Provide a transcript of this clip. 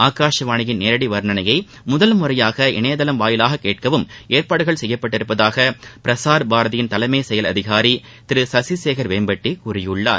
ஆகாஷவானியின் நேரடி வாணனையை முதன் முறையாக இணையதளம் வாயிலாக கேட்கவும் ஏற்பாடுகள் செய்யப்பட்டுள்ளதாக பிரஸார் பாரதியின் தலைமை செயல் அதிகாரி திரு சசிசேகர் வேம்பட்டி கூறியுள்ளார்